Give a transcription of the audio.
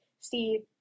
see